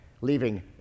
leaving